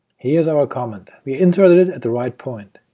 here's our comment. we inserted it at the right point,